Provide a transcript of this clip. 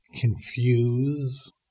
confuse